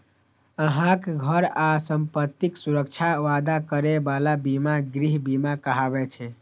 अहांक घर आ संपत्तिक सुरक्षाक वादा करै बला बीमा गृह बीमा कहाबै छै